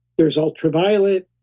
there's ultraviolet,